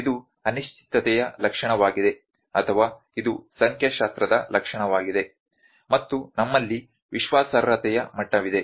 ಇದು ಅನಿಶ್ಚಿತತೆಯ ಲಕ್ಷಣವಾಗಿದೆ ಅಥವಾ ಇದು ಸಂಖ್ಯಾಶಾಸ್ತ್ರದ ಲಕ್ಷಣವಾಗಿದೆ ಮತ್ತು ನಮ್ಮಲ್ಲಿ ವಿಶ್ವಾಸಾರ್ಹತೆಯ ಮಟ್ಟವಿದೆ